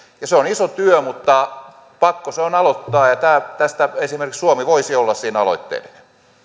se on iso työ mutta pakko se on aloittaa ja esimerkiksi suomi voisi olla siinä aloitteellinen